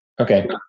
Okay